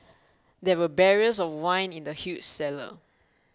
there were barrels of wine in the huge cellar